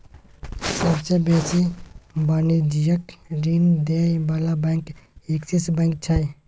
सबसे बेसी वाणिज्यिक ऋण दिअ बला बैंक एक्सिस बैंक छै